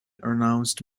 announced